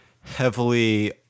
heavily